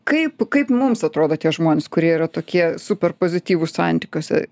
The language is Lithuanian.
kaip kaip mums atrodo tie žmonės kurie yra tokie superpozityvūs santykiuose